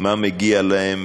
מה מגיע להם,